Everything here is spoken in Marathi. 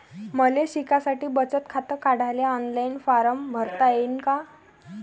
मले शिकासाठी बचत खात काढाले ऑनलाईन फारम भरता येईन का?